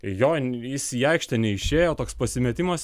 join jis į aikštę neišėjo toks pasimetimas